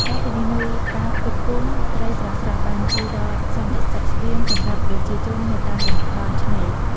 ការធានានូវការផ្គត់ផ្គង់ត្រីស្រស់ៗបានជួយដល់សន្តិសុខស្បៀងសម្រាប់ប្រជាជននៅតាមតំបន់ឆ្នេរ។